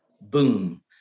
boom